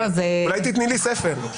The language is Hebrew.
זה רגע מכונן בתולדות ועדת חוקה.